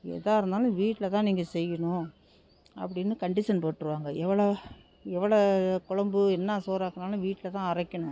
எதாக இருந்தாலும் வீட்டில் தான் நீங்கள் செய்யணும் அப்படினு கண்டிஷன் போட்டுருவாங்க எவ்வளோ எவ்வளோ கொழம்பு என்ன சோறு ஆக்கினாலும் வீட்டில் தான் அரைக்கணும்